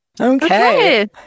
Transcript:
Okay